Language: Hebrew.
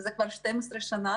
כבר 12 שנה